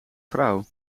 vrouw